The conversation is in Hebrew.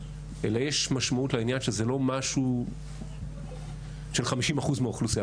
אלא יש משמעות לעניין שזה לא משהו של 50% מהאוכלוסייה,